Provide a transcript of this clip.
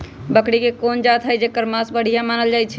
बकरी के कोन जात हई जेकर मास बढ़िया मानल जाई छई?